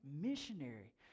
missionary